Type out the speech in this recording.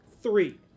Three